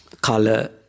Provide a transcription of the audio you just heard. color